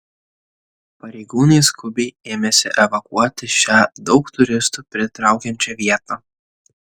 pareigūnai skubiai ėmėsi evakuoti šią daug turistų pritraukiančią vietą